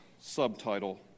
subtitle